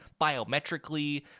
biometrically